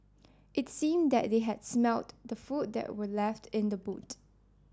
it seemed that they had smelt the food that were left in the boot